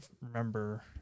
remember